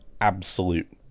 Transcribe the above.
absolute